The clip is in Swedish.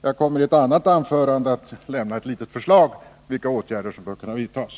Jag kommer att i ett ytterligare anförande lämna förslag till sådana åtgärder som bör kunna vidtas.